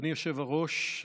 אדוני היושב-ראש,